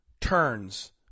turns